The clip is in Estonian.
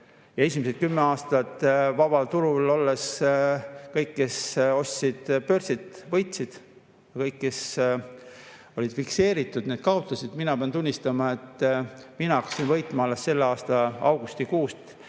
Esimesed kümme aastat vabal turul olles kõik, kes ostsid börsilt, võitsid, ja kõik, kellel hind oli fikseeritud, kaotasid. Mina pean tunnistama, et mina hakkasin võitma alles selle aasta augustikuust.